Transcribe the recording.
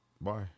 Bye